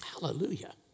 Hallelujah